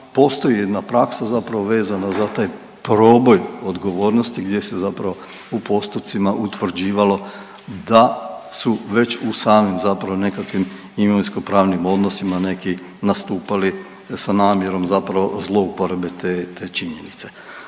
postoji jedna praksa zapravo vezana za taj problem odgovornosti gdje se zapravo u postupcima utvrđivalo da su već u samim zapravo nekakvim imovinsko-pravnim odnosima neki nastupali sa namjerom zapravo zlouporabe te, te činjenice.